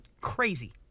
crazy